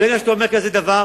וברגע שאתה אומר כזה דבר,